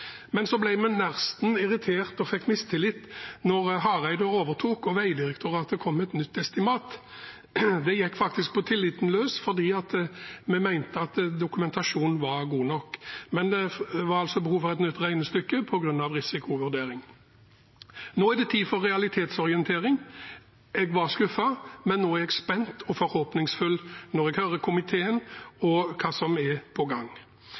Men så ble vi nesten irritert og fikk mistillit da Hareide overtok og Vegdirektoratet kom med et nytt estimat. Det gikk faktisk på tilliten løs, for vi mente at dokumentasjonen var god nok. Men det var altså behov for et nytt regnestykke på grunn av risikovurdering. Nå er det tid for realitetsorientering. Jeg var skuffet, men nå er jeg spent og forhåpningsfull når jeg hører komiteen og hva som er på gang,